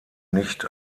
nicht